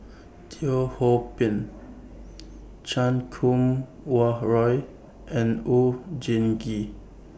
Teo Ho Pin Chan Kum Wah Roy and Oon Jin Gee